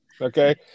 Okay